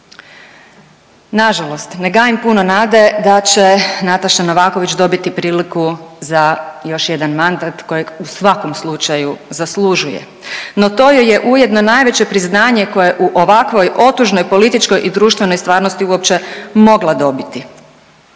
Nažalost ne gajim puno nade da će Nataša Novaković dobiti priliku za još jedan mandat kojeg u svakom slučaju zaslužuje, no to joj ujedno najveće priznanje koje u ovakvoj otužnoj političkoj i društvenoj stvarnosti uopće mogla dobiti.